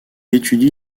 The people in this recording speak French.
étudie